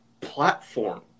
platform